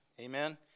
Amen